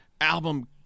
album